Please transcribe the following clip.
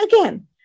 again